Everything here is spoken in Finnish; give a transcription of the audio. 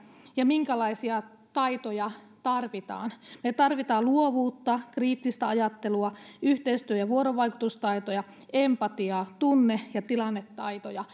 ja minkälaisia taitoja tarvitaan me tarvitsemme luovuutta kriittistä ajattelua yhteistyö ja vuorovaikutustaitoja empatiaa tunne ja tilannetaitoja